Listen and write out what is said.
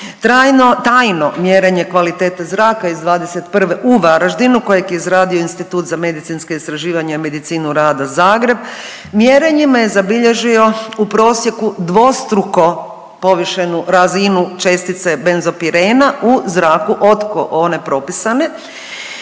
tajno mjerenje kvalitete zraka iz '21. u Varaždinu kojeg je izradio Institut za medicinska istraživanja i medicinu rada Zagreb, mjerenjima je zabilježio u prosjeku dvostruko povišenu razinu čestice benzopirena u zraku od one propisane,